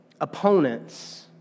Opponents